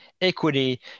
equity